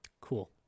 cool